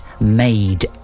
made